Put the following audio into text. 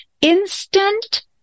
instant